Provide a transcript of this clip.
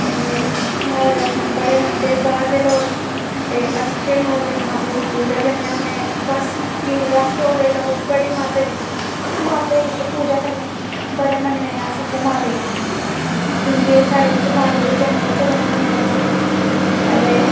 ते माता वैष्णो गी बड़े मनदे बाह्रले लोक ते अस इत्थै नौ दिन माता दी पूजा करने होन्ने कि बस अस बड़े लोक माता दे माता दी इत्थै पूजा करने बड़े मनने अस इत्थै माता ई क्योंकि एह् साढ़े इत्थै माता दे चरणें च रौह्न्ने होन्ने अस ते